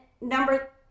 number